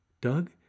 Doug